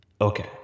Okay